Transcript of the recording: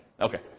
Okay